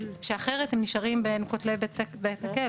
אחרת הם נשארים בין כותלי בית הכלא.